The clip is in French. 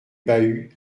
bahus